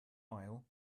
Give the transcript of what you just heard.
aisle